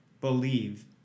believe